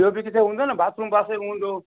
ॿियो बि किथे हूंदो न बाथरुम पासे हूंदो